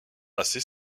assez